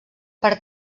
per